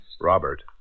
Robert